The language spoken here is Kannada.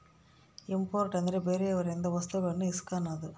ಇಂಪೋರ್ಟ್ ಅಂದ್ರೆ ಬೇರೆಯವರಿಂದ ವಸ್ತುಗಳನ್ನು ಇಸ್ಕನದು